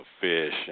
fish